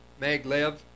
maglev